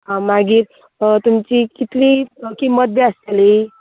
हां मागीर तुमची कितली किंमत बी आसतली